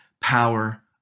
power